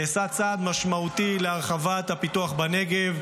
נעשה צעד משמעותי להרחבת הפיתוח בנגב,